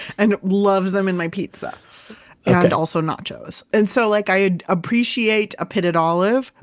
and loves them in my pizza and also nachos. and so like i appreciate a pitted olive,